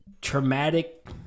traumatic